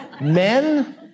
Men